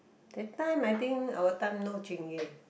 that time I think our time no Chingay